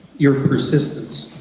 your persistence.